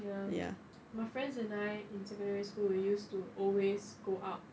ya my friends and I in secondary school we used to always go out